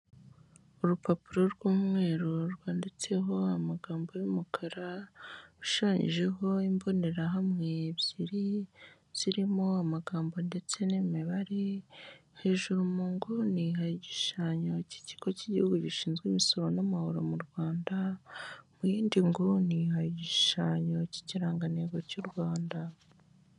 Urupapuro rw'umweru rwanditseho amagambo y'umukara ashushanyijeho imbonerahamwe ebyiri zirimo amagambo ndetse n'imibare. Hejuru mu nguni hari igishushanyo cy'ikigo cy' igihugu gishinzwe imisoro n'amahoro mu Rwanda, mu yindi nguni hari igishushanyo cy'ikirangantego cy'u Rwanda.